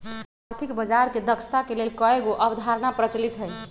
आर्थिक बजार के दक्षता के लेल कयगो अवधारणा प्रचलित हइ